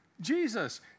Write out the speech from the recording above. Jesus